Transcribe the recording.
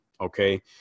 okay